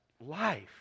life